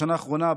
בשנה האחרונה,